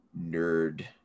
nerd